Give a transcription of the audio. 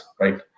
right